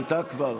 הייתה כבר.